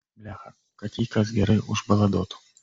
blecha kad jį kas gerai užbaladotų